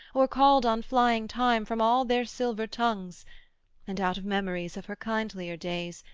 or called on flying time from all their silver tongues and out of memories of her kindlier days,